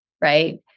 right